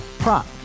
Prop